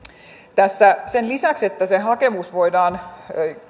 tässä sen lisäksi että se hakemus voidaan